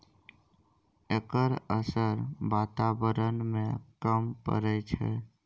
एकर असर बाताबरण में कम परय छै